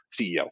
ceo